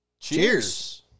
Cheers